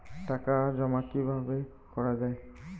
টাকা জমা কিভাবে করা য়ায়?